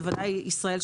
בוודאי ישראל,